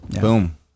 Boom